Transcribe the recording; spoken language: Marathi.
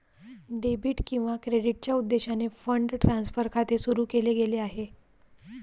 डेबिट किंवा क्रेडिटच्या उद्देशाने फंड ट्रान्सफर खाते सुरू केले गेले आहे